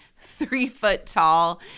three-foot-tall